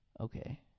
Okay